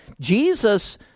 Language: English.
Jesus